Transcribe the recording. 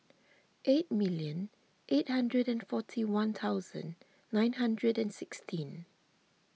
eight million eight hundred and forty one thousand nine hundred and sixteen